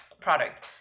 product